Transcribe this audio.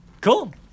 Cool